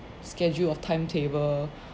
schedule of timetable